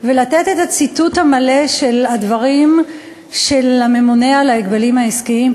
ולתת את הציטוט המלא של הדברים של הממונה על ההגבלים העסקיים,